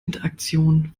interaktion